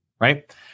right